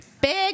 big